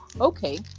Okay